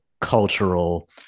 cultural